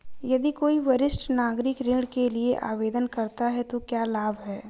यदि कोई वरिष्ठ नागरिक ऋण के लिए आवेदन करता है तो क्या लाभ हैं?